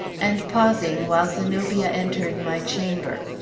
and pausing while zenobia entered my chamber.